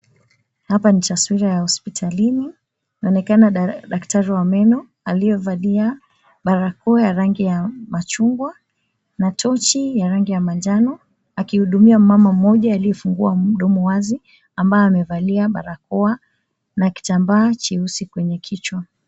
Hapa ni taswira ya hospitalini. Anaonekana daktari wa meno aliyevalia barakoa ya rangi ya machungwa na tochi ya rangi ya manjano akihudumia mama mmoja aliyefungua mdomo wazi ambaye amebalia barakoa na kitambaa cheusi kwenye kichwa.